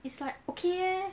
it's like okay eh